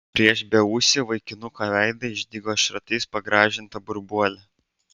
prieš beūsį vaikinuko veidą išdygo šratais pagrąžinta burbuolė